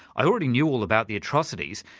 i already knew all about the atrocities,